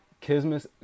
Kismet